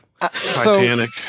Titanic